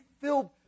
filled